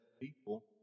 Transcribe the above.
people